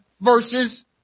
versus